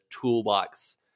toolbox